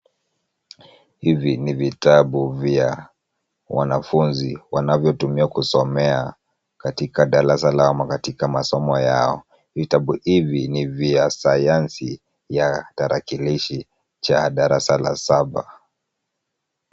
Hivi ni vitabu vya wanafunzi wanavyotumia kusomea katika darasa lao ama katika masomo yao. Vitabu hivi ni vya sayansi ya tarakilishi cha darasa la saba.